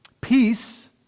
peace